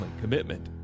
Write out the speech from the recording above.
commitment